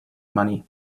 money